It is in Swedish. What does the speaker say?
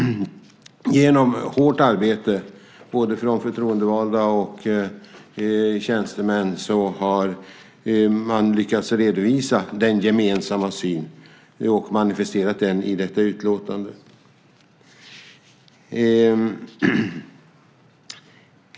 Genom hårt arbete för både förtroendevalda och tjänstemän har man lyckats redovisa den gemensamma synen och manifestera den i detta utlåtande.